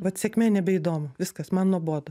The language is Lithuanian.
vat sėkmė nebeįdomu viskas man nuobodu